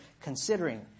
considering